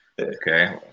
Okay